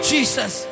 Jesus